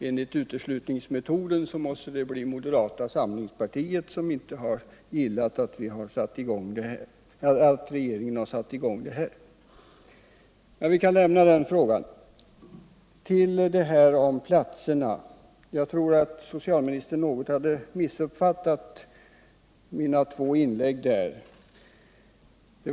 Enligt uteslutningsmetoden måste det då bli moderata samlingspartiet som inte har gillat att regeringen satte i gång detta arbete. Vi kan emellertid lämna den frågan. Beträffande antalet platser tror jag att socialministern något missuppfattade mina två inlägg.